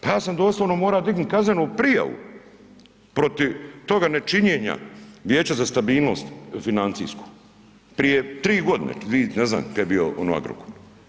Pa ja sam doslovno morao dignuti kaznenu prijavu protiv toga nečinjena Vijeća za stabilnost financijsku, prije tri godine, dvije ne znam kad je bio ono Agrokor.